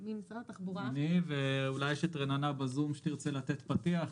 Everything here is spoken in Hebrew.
אני ואולי יש את רננה בזום שתרצה לתת פתיח.